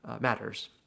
matters